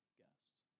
guests